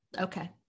okay